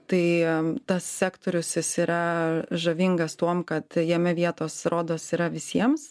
tai tas sektorius jis yra žavingas tuom kad jame vietos rodos yra visiems